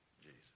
Jesus